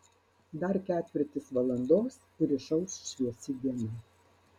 dar ketvirtis valandos ir išauš šviesi diena